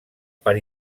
per